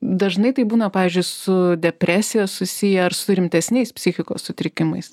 dažnai taip būna pavyzdžiui su depresija susiję ar su rimtesniais psichikos sutrikimais